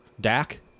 Dak